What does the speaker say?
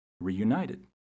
reunited